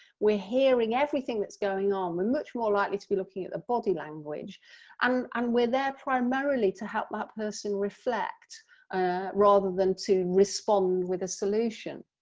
we're hearing everything that's going on, we're much more likely to be looking at the body language um and we're there primarily to help that person reflect rather than to respond with a solution.